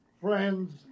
Friends